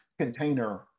container